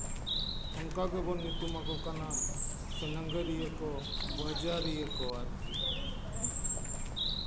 ᱚᱱᱠᱟ ᱜᱮᱵᱚᱱ ᱧᱩᱛᱩᱢ ᱟᱠᱚ ᱠᱟᱱᱟ ᱥᱮ ᱱᱟᱹᱜᱟᱹᱨᱤᱭᱟᱹ ᱠᱚ ᱵᱟᱡᱟᱨᱤᱭᱟᱹ ᱠᱚ ᱟᱨᱠᱤ